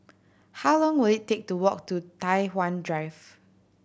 how long will it take to walk to Tai Hwan Drive